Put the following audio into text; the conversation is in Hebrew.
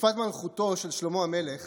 בתקופת מלכותו של שלמה המלך